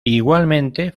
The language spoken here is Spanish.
igualmente